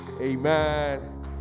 Amen